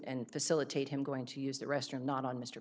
and facilitate him going to use the restroom not on mr